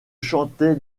chantait